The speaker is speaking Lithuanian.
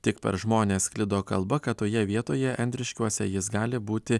tik per žmones sklido kalba kad toje vietoje andriškiuose jis gali būti